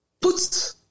put